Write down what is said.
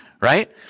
right